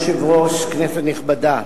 אדוני היושב-ראש, כנסת נכבדה,